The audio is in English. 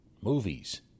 Movies